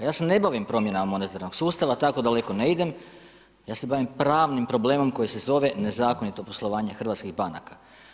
Ja se ne bavim promjenama monetarnog sustava, tako daleko ne idem, ja se bavim pravnim problemom koji se zove nezakonito poslovanje hrvatskih banaka.